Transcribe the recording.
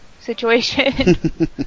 situation